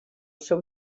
seu